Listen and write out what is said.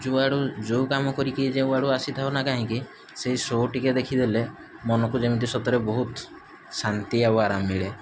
ଯେଉଁଆଡ଼ୁ ଯେଉଁ କାମ କରିକି ଯେଉଁଆଡ଼ୁ ଆସିଥାଉ ନା କାହିଁକି ସେଇ ଶୋ ଟିକେ ଦେଖିଦେଲେ ମନକୁ ଯେମିତି ସତରେ ବହୁତ ଶାନ୍ତି ଆଉ ଆରମ ମିଳେ